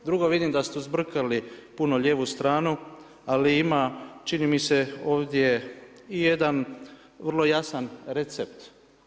Drugo vidim da ste uzburkali puno lijevu stranu ali ima čini mi se, ovdje i jedna vrlo jasan recept.